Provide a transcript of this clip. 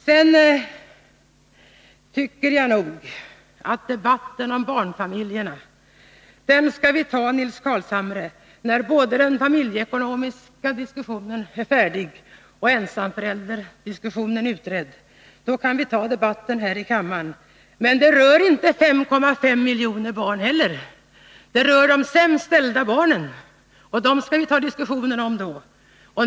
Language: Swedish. Sedan tycker jag, Nils Carlshamre, att vi skall ta debatten om barnfamiljerna när den familjeekonomiska utredningen och ensamförälderutredningen är färdiga. Då kan vi ta debatten här i kammaren. Men det rör inte 5,5 miljoner barn, utan det rör de sämst ställda barnen, och dem skall vi ta diskussionen om då.